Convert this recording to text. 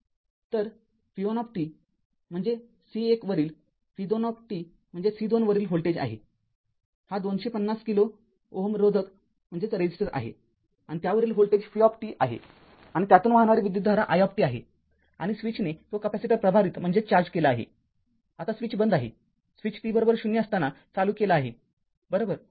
तर v१ म्हणजे C१ वरील v२ म्हणजे C२ वरील व्होल्टेज आहे आणि हा २५० किलो Ω रोधक आहे आणि त्यावरील व्होल्टेज v आहे आणि त्यातून वाहणारी विद्युतधारा i आहे आणि स्वीचने तो कॅपेसिटर प्रभारित केला आहे आता स्विच बंद आहे स्विच t 0 असताना चालू केला आहे बरोबर